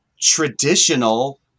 traditional